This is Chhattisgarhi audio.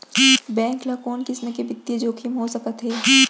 बेंक ल कोन किसम के बित्तीय जोखिम हो सकत हे?